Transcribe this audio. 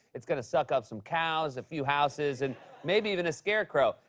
it's going to suck up some cows, a few houses, and maybe even a scarecrow.